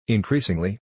Increasingly